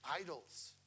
idols